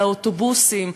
על האוטובוסים,